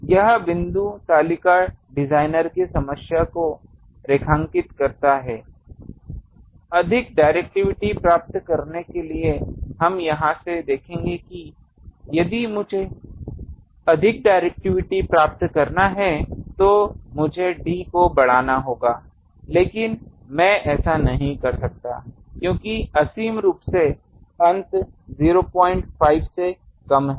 यह बिंदु तालिका डिज़ाइनर की समस्या को रेखांकित करता है अधिक डिरेक्टिविटी प्राप्त करने के लिए हम यहां से देखेंगे कि यदि मुझे अधिक डिरेक्टिविटी प्राप्त करना है तो मुझे d को बढ़ाना होगा लेकिन मैं ऐसा नहीं कर सकता क्योकि असीम रूप से अंत 05 से कम है